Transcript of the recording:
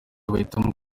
bahitamo